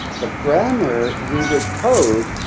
the grammar we would code,